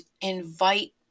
invite